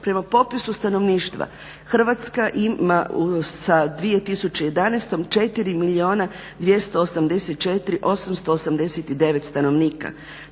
prema popisu stanovništva Hrvatska ima sa 2011. godinom 4 284 889 stanovnika,